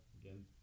again